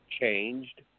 Changed